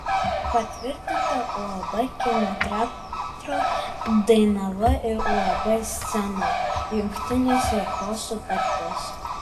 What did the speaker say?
patvirtinta uab kino teatro dainava ir uab scena jungtinės veiklos sutartis